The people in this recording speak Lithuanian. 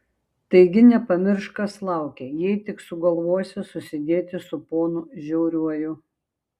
taigi nepamiršk kas laukia jei tik sugalvosi susidėti su ponu žiauriuoju